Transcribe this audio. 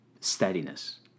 steadiness